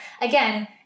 again